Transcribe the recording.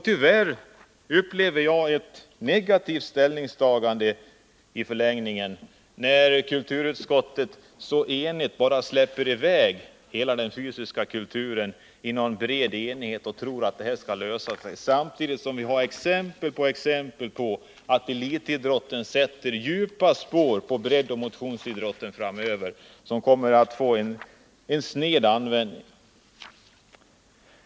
Tyvärr upplever jag att det i förlängningen är fråga om ett negativt ställningstagande när kulturutskottet i bred enighet släpper hela den fysiska kulturen. Samtidigt har vi exempel på exempel som visar att elitidrotten sätter djupa spår i och snedvrider motionsidrotten.